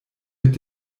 mit